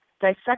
dissect